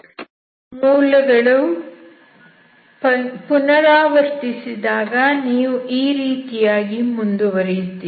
ಮೂಲಗಳು ಪುನರಾವರ್ತಿಸಿದಾಗ ನೀವು ಈ ರೀತಿಯಾಗಿ ಮುಂದುವರೆಯುತ್ತೀರಿ